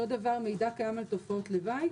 אותו דבר "מידע קיים על תופעות לוואי".